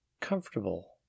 comfortable